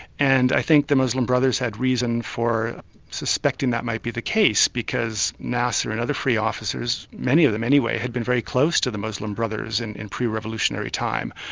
and i think the muslim brothers had reason for suspecting that might be the case because nasser and other free officers, many of them anyway, had been very close to the muslim brothers and in pre-revolutionary time.